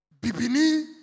Bibini